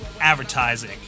advertising